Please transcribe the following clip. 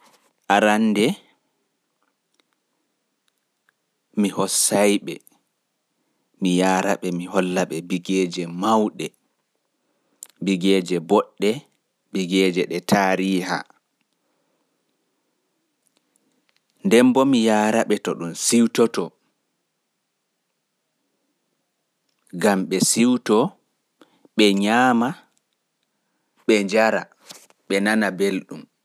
Mi hollaɓe bigeeje mauɗe, boɗɗe ɗe taariha, mi yaaraɓe to ɗun siwtoto, ɓe nyaama ɓe njara, ɓe nana belɗun.